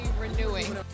renewing